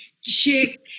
chick